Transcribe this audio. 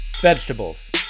vegetables